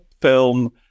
film